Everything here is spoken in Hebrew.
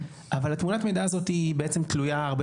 אבל תמונת המידע הזאת בעצם תלויה הרבה